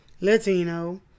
Latino